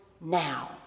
now